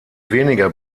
weniger